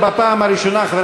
חבר